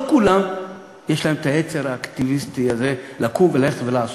לא לכולם יש היצר האקטיביסטי הזה לקום וללכת ולעשות.